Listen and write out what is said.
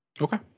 Okay